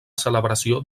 celebració